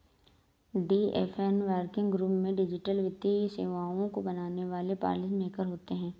DFS working group में digital वित्तीय सेवाओं को बनाने वाले पॉलिसी मेकर होते हैं